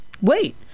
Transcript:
Wait